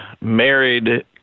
married